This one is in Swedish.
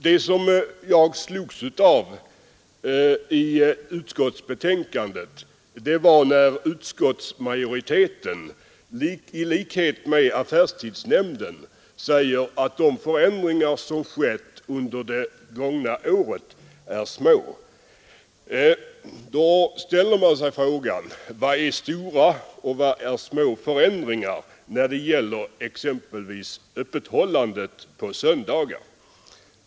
Det jag slogs av i utskottsbetänkandet var att utskottsmajoriteten, i likhet med affärstidsnämnden, säger att de förändringar som skett under det gångna året är små. Då ställer man sig frågan: Vad är stora och vad är små förändringar när det gäller exempelvis öppethållandet på söndagar?